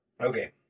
okay